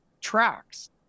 tracks